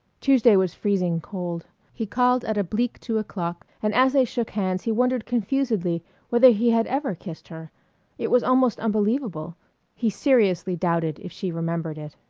tuesday was freezing cold. he called at a bleak two o'clock and as they shook hands he wondered confusedly whether he had ever kissed her it was almost unbelievable he seriously doubted if she remembered it.